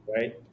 Right